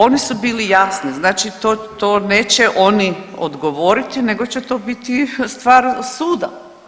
Oni su bili jasni, znači to neće oni odgovoriti, nego će to biti stvar suda.